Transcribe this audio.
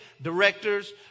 Directors